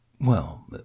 Well